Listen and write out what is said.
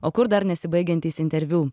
o kur dar nesibaigiantys interviu